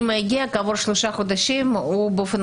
אמא הגיעה וכעבור שלושה חודשים הוא באופן